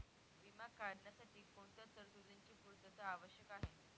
विमा काढण्यासाठी कोणत्या तरतूदींची पूर्णता आवश्यक आहे?